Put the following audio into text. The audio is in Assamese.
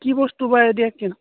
কি বস্তু বা এতিয়া